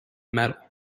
metal